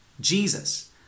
Jesus